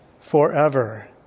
forever